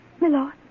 Milord